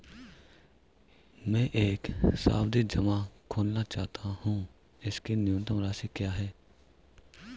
मैं एक सावधि जमा खोलना चाहता हूं इसकी न्यूनतम राशि क्या है?